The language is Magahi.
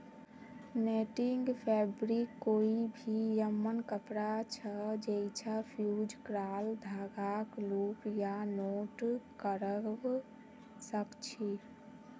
नेटिंग फ़ैब्रिक कोई भी यममन कपड़ा छ जैइछा फ़्यूज़ क्राल धागाक लूप या नॉट करव सक छी